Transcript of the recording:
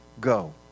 go